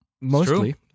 mostly